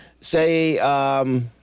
say